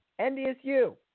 NDSU